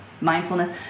mindfulness